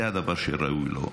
זה הדבר שראוי לו.